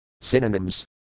Synonyms